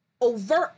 overt